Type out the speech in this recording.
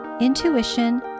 intuition